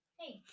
hey